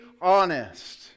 honest